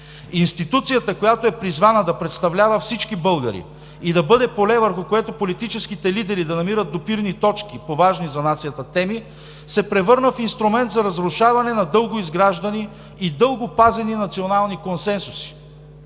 Институцията, призвана да представлява всички българи и да бъде поле, върху което политическите лидери да намират допирни точки по важни за нацията теми, се превърна в инструмент за разрушаване на дълго изграждани и дълго пазени национални консенсуси.